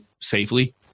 safely